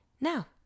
Now